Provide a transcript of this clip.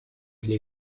для